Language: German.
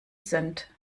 sind